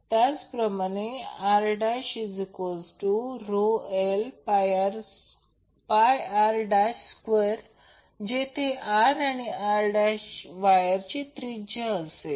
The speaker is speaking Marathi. त्याचप्रमाणे Rρlπr2 जिथे r आणि r वायरची त्रिज्या असेल